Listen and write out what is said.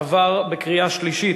עברה בקריאה שלישית,